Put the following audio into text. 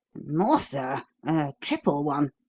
more, sir a triple one.